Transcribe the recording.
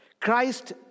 Christ